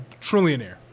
trillionaire